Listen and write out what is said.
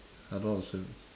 I don't know how to swim